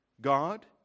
God